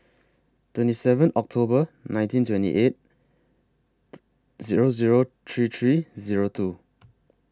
twenty seven October one thousand nine hundred and twenty eight Zero Zero three three Zero two